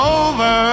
over